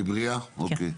אוקיי.